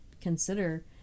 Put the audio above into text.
consider